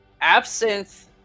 Absinthe